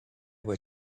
were